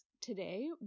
today